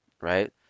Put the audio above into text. right